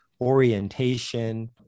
orientation